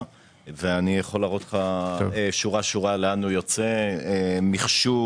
ואני יכול להראות לך שורה-שורה לאן הוא יוצא מחשוב,